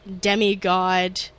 demigod